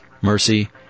mercy